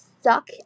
suck